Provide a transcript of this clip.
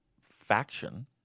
faction